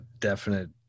definite